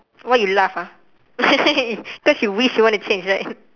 why you laugh ah because you wish you want to change right